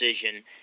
decision